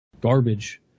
garbage